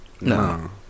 No